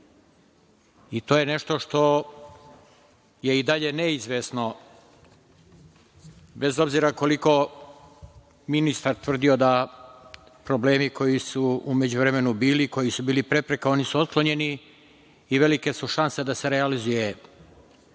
To je nešto što je i dalje neizvesno, bez obzira koliko ministar tvrdio da problemi koji su u međuvremenu bili, koji su bili prepreka, oni su otklonjeni i velika su šansa da se realizuje